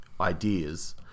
ideas